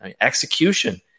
execution